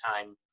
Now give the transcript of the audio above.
time